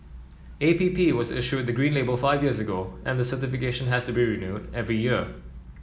A P P was issued the green label five years ago and the certification has to be renewed every year